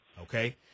okay